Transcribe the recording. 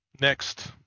next